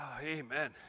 Amen